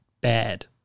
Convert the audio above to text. bad